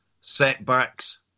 setbacks